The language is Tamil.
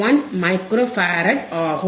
1 மைக்ரோ ஃபராட் ஆகும்